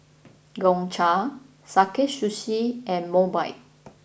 Gongcha Sakae Sushi and Mobike